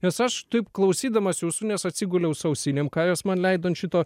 nes aš taip klausydamas jūsų nes atsiguliau su ausinėm kajus man leido ant šito